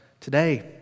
today